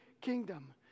kingdom